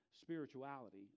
spirituality